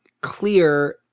clear